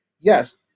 Yes